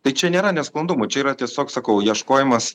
tai čia nėra nesklandumų čia yra tiesiog sakau ieškojimas